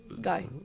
guy